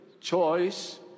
choice